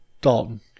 Dalton